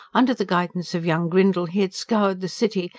under the guidance of young grindle he had scoured the city,